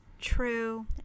True